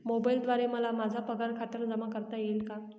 मोबाईलद्वारे मला माझा पगार खात्यावर जमा करता येईल का?